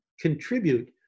contribute